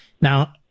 Now